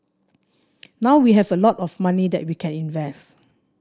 now we have a lot of money that we can invest